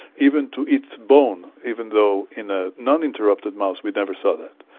even to eat the bone, even though in a non-interrupted mouse we never saw that.